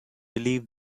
believe